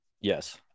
Yes